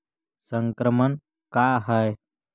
संक्रमण का है?